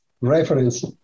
reference